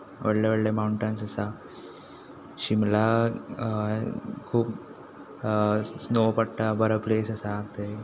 व्हडले व्हडले माउंटन्स आसा शिमला खूब स्नो पडटा बरो प्लेस आसा थंय